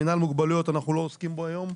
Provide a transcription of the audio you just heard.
מינהל מוגבלויות, אנחנו לא עוסקים בו היום.